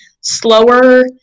slower